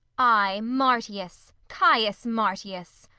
ay, marcius, caius marcius!